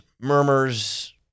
murmurs